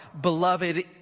beloved